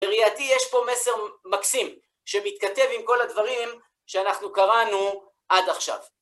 בראייתי יש פה מסר מקסים שמתכתב עם כל הדברים שאנחנו קראנו עד עכשיו.